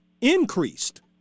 increased